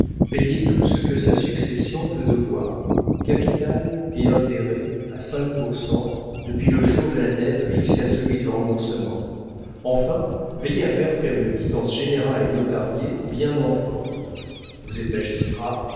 payez tout ce que sa succession peut devoir capital et intérêts à cinq pour cent depuis le jour de la dette jusqu'à celui du remboursement enfin veillez à faire faire une quittance générale et notariée bien en forme vous êtes magistrat